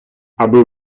аби